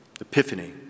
Epiphany